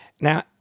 Now